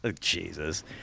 jesus